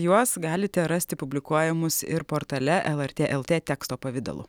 juos galite rasti publikuojamus ir portale lrt lt teksto pavidalu